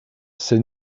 c’est